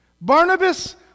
Barnabas